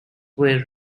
were